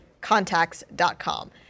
contacts.com